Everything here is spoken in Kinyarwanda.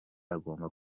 agomba